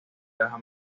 caja